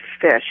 fish